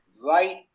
Right